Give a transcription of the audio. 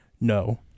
no